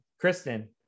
Kristen